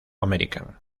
american